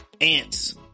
ants